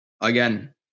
Again